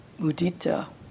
mudita